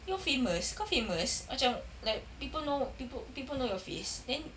you're famous kau famous macam like people know people people know your face then